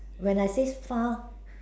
when I say far